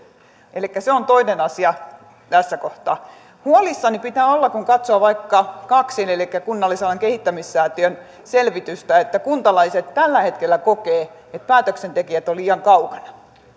elikkä se on toinen asia tässä kohtaa huolissaan pitää olla siitä kun katsoo vaikka kaksin elikkä kunnallisalan kehittämissäätiön selvitystä että kuntalaiset tällä hetkellä kokevat että päätöksentekijät ovat liian kaukana